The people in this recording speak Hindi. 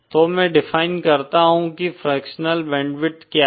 तो मैं डिफाइन करता हूँ की फ्रॅक्शनल बैंडविड्थ क्या है